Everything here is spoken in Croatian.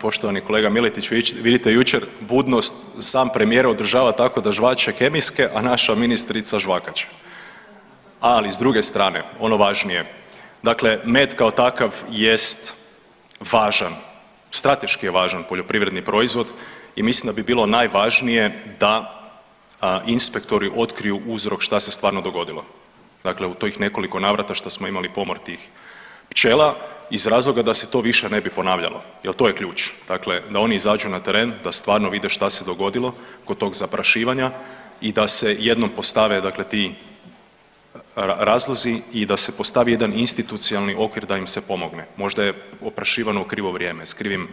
Poštovani kolega Miletić, vidite jučer budnost sam premijer održava tako da zvače kemijske, a naša ministrica žvakaće, ali s druge strane ono važnije, dakle med kao takav jest važan, strateški je važan poljoprivredni proizvod i mislim da bi bilo najvažnije da inspektori otkriju uzrok šta se stvarno dogodilo, dakle u tih nekoliko navrata što smo imali pomor tih pčela iz razloga da se to više ne bi ponavljalo jel to je ključ, dakle da oni izađu na teren da stvarno vide šta se dogodilo oko tog zaprašivanja i da se jednom postave dakle ti razlozi i da se postavi jedan institucionalni okvir da im se pomogne, možda je oprašivano u krivo vrijeme s krivim